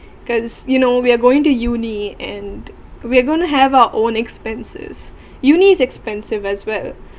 cause you know we're going to uni and we're going to have our own expenses uni expensive as well